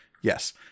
Yes